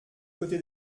côté